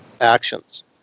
actions